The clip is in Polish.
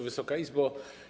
Wysoka Izbo!